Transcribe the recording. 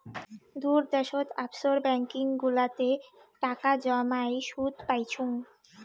দূর দ্যাশোত offshore banking গুলাতে টাকা জমাই সুদ পাইচুঙ